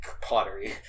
pottery